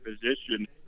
position